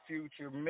Future